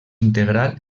integral